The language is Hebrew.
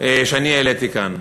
שאני העליתי כאן.